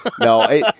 no